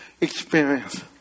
experience